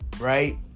right